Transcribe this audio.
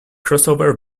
crossover